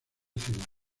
ciudad